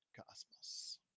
Cosmos